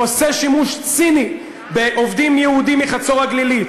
הוא עושה שימוש ציני בעובדים יהודים מחצור-הגלילית